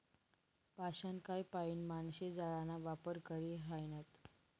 पाषाणकाय पाईन माणशे जाळाना वापर करी ह्रायनात